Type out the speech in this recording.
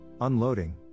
unloading